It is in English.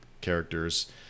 characters